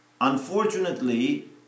unfortunately